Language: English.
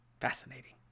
fascinating